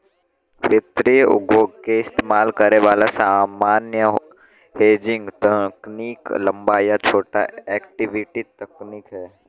वित्तीय उद्योग में इस्तेमाल करे वाला सामान्य हेजिंग तकनीक लंबा या छोटा इक्विटी तकनीक हौ